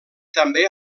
també